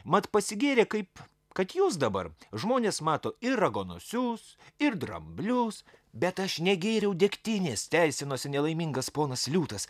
mat pasigėrę kaip kad jūs dabar žmonės mato ir raganosius ir dramblius bet aš negėriau degtinės teisinosi nelaimingas ponas liūtas